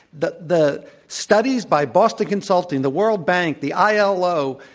the the studies by boston consulting, the world bank, the ilo,